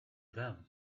them